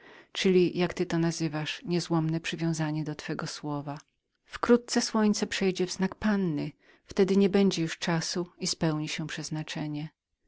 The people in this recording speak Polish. czyli jak sam nazywasz niezłomne przywiązanie do twego słowa wkrótce słońce przejdzie w znak panny wtedy nie będzie już czasu i spełni się przeznaczenie